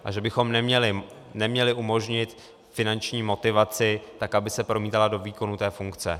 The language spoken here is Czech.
Takže bychom neměli umožnit finanční motivaci tak, aby se promítala do výkonu té funkce.